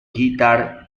guitar